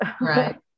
Right